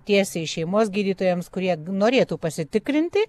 tiesiai šeimos gydytojams kurie norėtų pasitikrinti